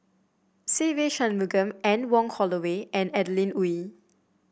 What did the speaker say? Se Ve Shanmugam Anne Wong Holloway and Adeline Ooi